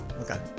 okay